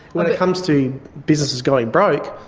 when it comes to businesses going broke,